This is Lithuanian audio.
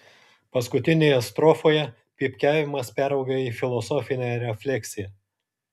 paskutinėje strofoje pypkiavimas perauga į filosofinę refleksiją